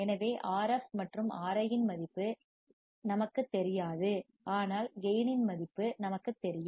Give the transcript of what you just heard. எனவே Rf மற்றும் Ri இன் மதிப்பு நமக்குத் தெரியாது ஆனால் கேயின் இன் மதிப்பு நமக்குத் தெரியும்